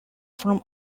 from